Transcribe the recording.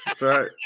Right